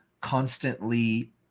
constantly